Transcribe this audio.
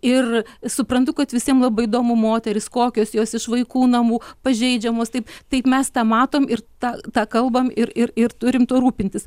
ir suprantu kad visiem labai įdomu moterys kokios jos iš vaikų namų pažeidžiamos taip taip mes tą matom ir tą tą kalbam ir ir ir turim tuo rūpintis